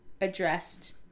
addressed